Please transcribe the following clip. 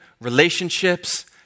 relationships